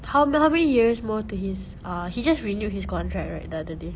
how m~ how many years more to his err he just renewed his contract right the other day